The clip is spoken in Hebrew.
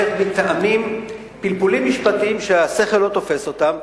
איך מטעמים של פלפולים משפטיים שהשכל לא תופס אותם,